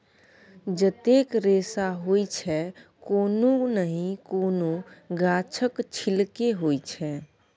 जतेक रेशा होइ छै कोनो नहि कोनो गाछक छिल्के होइ छै